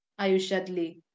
Ayushadli